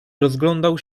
rozglądał